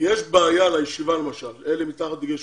בעיה לישיבה, למשל אלה מתחת לגיל 18,